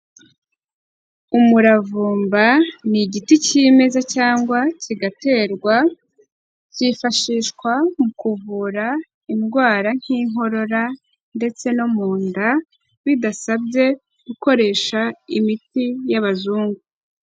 Umuravumba ni igiti kimeza cyangwa kigaterwa, cyifashishwa mu kuvura indwara nk'inkorora ndetse no mu nda, bidasabye gukoresha imiti y'abazungu.